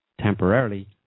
temporarily